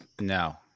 No